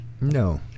No